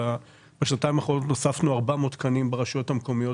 בשנתיים האחרונות הוספנו 400 תקנים ברשויות המקומיות